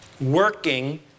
working